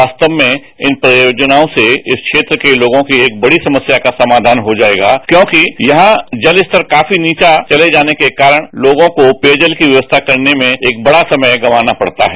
वास्तव में इन परियोजनायों से इस क्षेत्र के लोगों की एक बड़ी समस्या का समाघान हो जाएगा क्योंकि यहां जलस्तर काष्ट्री नीचे चला जाने के कारण लोगों को पेयजल की व्यवस्था करने में एक बड़ा समय गमाना पड़ता है